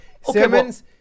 Simmons